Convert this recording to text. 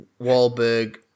Wahlberg